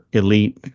elite